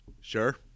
Sure